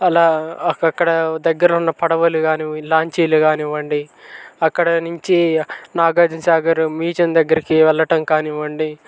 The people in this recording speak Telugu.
అలా అక్కడ దగ్గర ఉన్న పడవలు కానీ లాంచీలు కానివ్వండి అక్కడ నుంచి నాగార్జున సాగర్ మ్యూజియం దగ్గరకి వెళ్ళడం కానివ్వండి